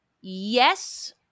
Yes